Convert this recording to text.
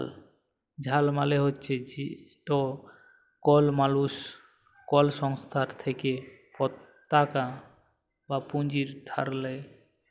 ঋল মালে হছে যেট কল মালুস কল সংস্থার থ্যাইকে পতাকা বা পুঁজি ধার লেই